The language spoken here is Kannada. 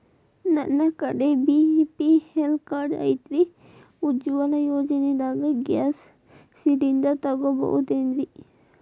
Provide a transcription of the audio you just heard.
ನನ್ನ ಕಡೆ ಬಿ.ಪಿ.ಎಲ್ ಕಾರ್ಡ್ ಐತ್ರಿ, ಉಜ್ವಲಾ ಯೋಜನೆದಾಗ ಗ್ಯಾಸ್ ಸಿಲಿಂಡರ್ ತೊಗೋಬಹುದೇನ್ರಿ?